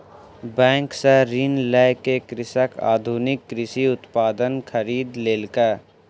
bank सॅ ऋण लय के कृषक आधुनिक कृषि उपकरण खरीद लेलक